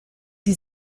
die